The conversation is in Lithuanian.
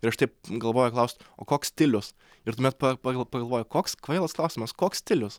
ir aš taip galvoju klaust o koks stilius ir tuomet pa pagal pagalvoju koks kvailas klausimas koks stilius